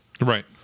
Right